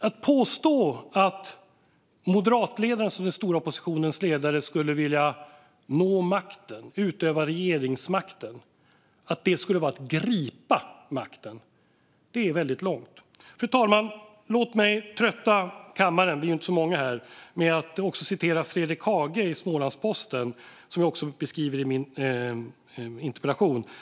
Att påstå att Moderatledaren som den stora oppositionens ledare skulle vilja nå regeringsmakten genom att "gripa makten" är väldigt lågt. Fru talman! Låt mig trötta kammaren - vi är ju inte så många här - med att citera Fredrik Haage i Smålandsposten, vilket jag även gjorde i min interpellation.